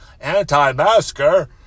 Anti-masker